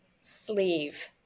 sleeve